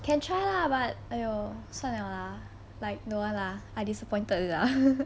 can try lah but !aiyo! 算了 lah like no want lah I disappointed 了 lah